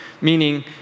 meaning